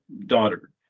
daughter